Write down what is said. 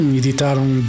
editaram